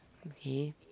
okay